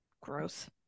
gross